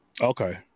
Okay